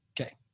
Okay